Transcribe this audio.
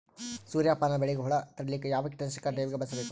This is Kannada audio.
ಸೂರ್ಯಪಾನ ಬೆಳಿಗ ಹುಳ ತಡಿಲಿಕ ಯಾವ ಕೀಟನಾಶಕ ಕಡ್ಡಾಯವಾಗಿ ಬಳಸಬೇಕು?